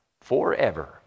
forever